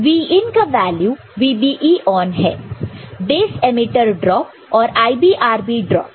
तो Vin का value VBEहै बेस एमिटर ड्रॉप और IBRB ड्रॉप